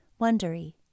Wondery